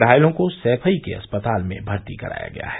घायलों को सैफई के अस्पताल में भर्ती कराया गया है